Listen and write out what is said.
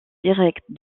directe